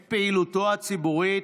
את פעילותו הציבורית